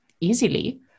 easily